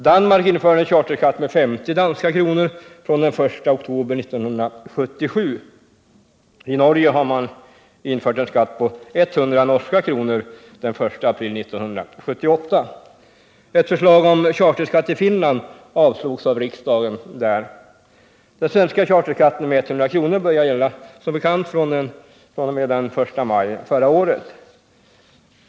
Danmark införde en charterskatt med 50 danska kronor från den 1 oktober 1977. I Norge har man infört en skatt på 100 norska kronor den 1 april 1978. Ett förslag om charterskatt i Finland avslogs av riksdagen där. Den svenska charterskatten med 100 kr. började som bekant gälla fr.o.m. den 1 maj förra året.